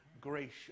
gracious